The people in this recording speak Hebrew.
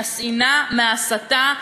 מהשנאה, מההסתה.